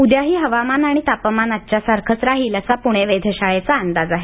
उद्याही हवामान आणि तापमान आजच्यासारखंच राहील असा प्णे वेधशाळेचा अंदाज आहे